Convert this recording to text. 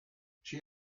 she